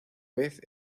vez